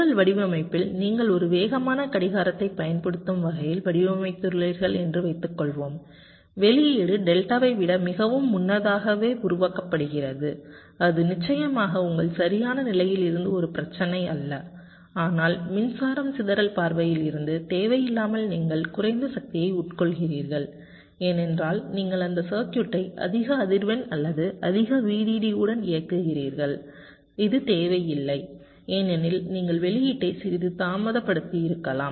உங்கள் வடிவமைப்பில் நீங்கள் ஒரு வேகமான கடிகாரத்தைப் பயன்படுத்தும் வகையில் வடிவமைத்துள்ளீர்கள் என்று வைத்துக்கொள்வோம் வெளியீடு டெல்டாவை விட மிகவும் முன்னதாகவே உருவாக்கப்படுகிறது அது நிச்சயமாக உங்கள் சரியான நிலையிலிருந்து ஒரு பிரச்சினை அல்ல ஆனால் மின்சாரம் சிதறல் பார்வையில் இருந்து தேவையில்லாமல் நீங்கள் குறைந்த சக்தியை உட்கொள்கிறீர்கள் ஏனென்றால் நீங்கள் அந்த சர்க்யூட்டை அதிக அதிர்வெண் அல்லது அதிக VDD உடன் இயக்குகிறீர்கள் அது தேவை இல்லை ஏனெனில் நீங்கள் வெளியீட்டை சிறிது தாமதப்படுத்தியிருக்கலாம்